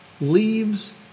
leaves